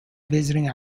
visiting